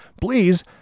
please